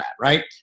right